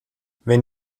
wenn